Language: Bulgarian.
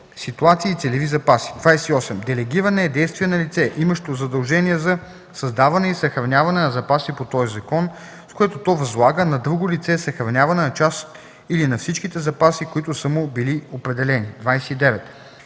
ситуации и целеви запаси. 28. „Делегиране” е действие на лице, имащо задължения за създаване и съхраняване на запаси по този закон, с което то възлага на друго лице съхраняване на част или на всичките запаси, които са му били определени. 29.